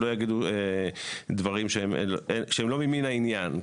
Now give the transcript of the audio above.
שלא יגידו דברים שהם לא ממן העניין.